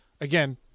again